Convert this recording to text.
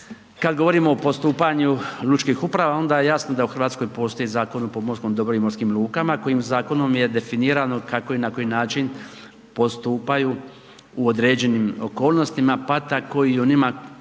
kad govorimo o postupanju lučkih uprava onda je jasno da u RH postoji Zakon o pomorskom dobru i morskim lukama kojim zakonom je definirano kako i na koji način postupaju u određenim okolnostima, pa tako i u onima kojima